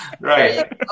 right